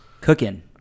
Cooking